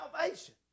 salvation